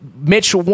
Mitch